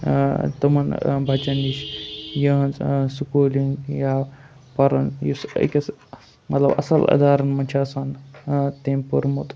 تِمَن بَچَن نِش یِہٕنٛز سکوٗلِنٛگ یا پَرُن یُس أکِس مطلب اَصٕل ادارَن مںٛز چھِ آسان تمہِ پوٚرمُت